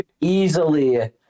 Easily